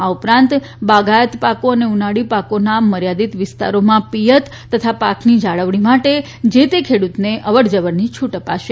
આ ઉપરાંત બાગાયત પાકો અને ઉનાળુ પાકોના મર્યાદિત વિસ્તારોમાં પિયત તથા પાકની જાળવણી માટે જે તે ખેડૂતોને અવરજવરની છૂટ અપાશે